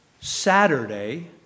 Saturday